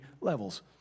levels